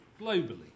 globally